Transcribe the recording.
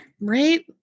Right